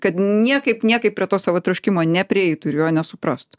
kad niekaip niekaip prie to savo troškimo neprieitų ir jo nesuprastų